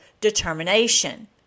determination